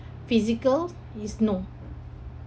physicals is no